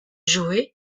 jouées